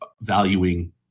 valuing